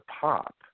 pop